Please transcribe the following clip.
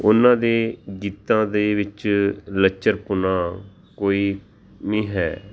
ਉਹਨਾਂ ਦੇ ਗੀਤਾਂ ਦੇ ਵਿੱਚ ਲੱਚਰਪੁਣਾ ਕੋਈ ਨਹੀਂ ਹੈ